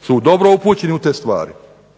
su dobro upućeni u te stvari.